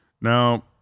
Now